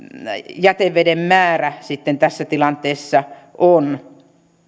jäteveden määrä sitten tässä tilanteessa on